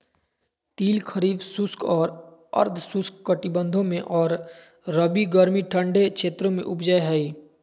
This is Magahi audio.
तिल खरीफ शुष्क और अर्ध शुष्क कटिबंधों में और रबी गर्मी ठंडे क्षेत्रों में उपजै हइ